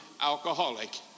alcoholic